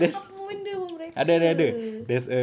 apa benda home wrecker